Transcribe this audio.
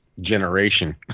generation